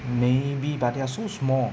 maybe but they are so small